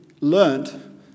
learned